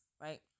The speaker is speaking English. Right